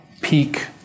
peak